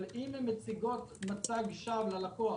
אבל אם הן מציגות מצג-שווא ללקוח,